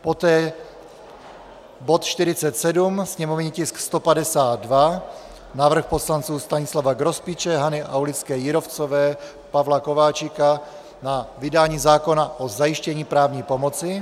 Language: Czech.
Poté bod 47, sněmovní tisk 152, návrh poslanců Stanislava Grospiče, Hany Aulické Jírovcové, Pavla Kováčika na vydání zákona o zajištění právní pomoci.